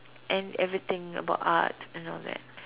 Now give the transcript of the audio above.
and everything about art and all that